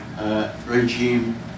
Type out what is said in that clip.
regime